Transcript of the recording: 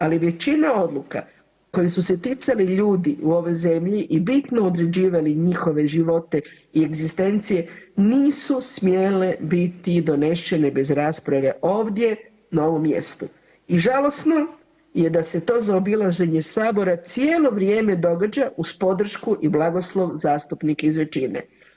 Ali većina odluka koje su se ticale ljudi u ovoj zemlji i bitno određivale njihove živote i egzistencije nisu smjele biti donesene bez rasprave ovdje na ovom mjesto i žalosno je da se to zaobilaženje Sabora cijelo vrijeme događa uz podršku i blagoslov zastupnika iz većine.